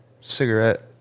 Cigarette